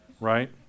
Right